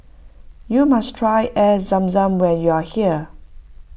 you must try Air Zam Zam when you are here